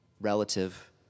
relative